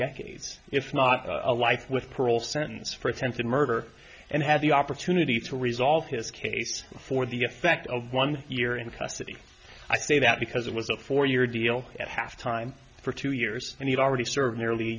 decades if not a life with parole sentence for attempted murder and had the opportunity to resolve his case for the effect of one year in custody i say that because it was a four year deal at half time for two years and he'd already served nearly